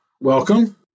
Welcome